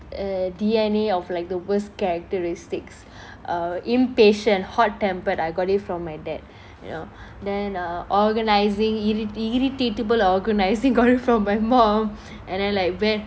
uh D_N_A of like the worst characteristics uh impatient hot tempered I got it from my dad you know then err organising irri~ irritable organising got it from my mom and then like ve~